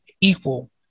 equal